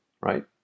right